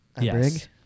Yes